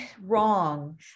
wrong